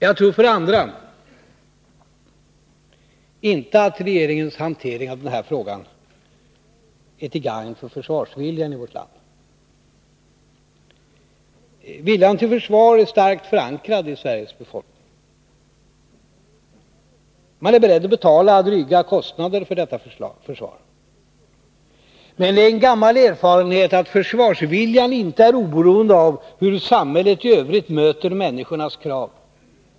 Jag tror för det andra inte att regeringens hantering av den här frågan är till gagn för försvarsviljan i vårt land. Viljan till försvar är starkt förankrad i Sveriges befolkning. Man är beredd att betala dryga kostnader för detta försvar. Men det är en gammal erfarenhet att försvarsviljan inte är oberoende av hur samhället i övrigt möter människornas krav.